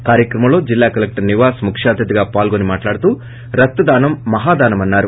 ఈ కార్యక్రమంలో జిల్లా కలెక్టర్ నివాస్ ముఖ్య అతిధిగా పాల్గొని మాట్లాడుతూ రక్తదానం మహాదానమన్నారు